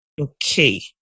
Okay